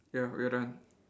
ya we're done